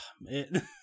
man